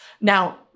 Now